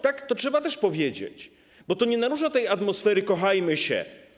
Tak, to trzeba też powiedzieć, bo to nie narusza tej atmosfery „Kochajmy się”